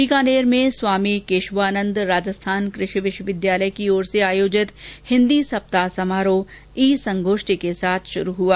बीकानेर में स्वामी केशवानन्द राजस्थान कृषि विश्वविद्यालय की ओर से आयोजित हिन्दी सप्ताह समारोह ई संगोष्ठी के साथ शुरू हुआ